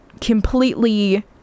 completely